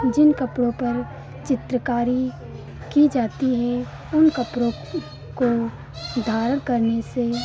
जिन कपड़ों पर चित्रकारी की जाती है उन कपड़ों को धारण करने से